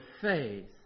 faith